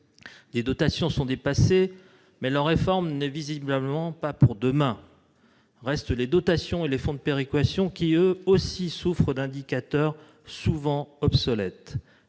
les dotations sont dépassées, mais leur réforme n'est visiblement pas pour demain ... Restent les dotations et les fonds de péréquation qui, eux aussi, souffrent d'indicateurs souvent obsolètes.